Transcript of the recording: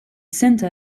sainte